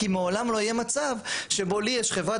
כי לעולם לא יהיה מצב שבו לי יש חברת